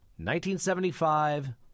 1975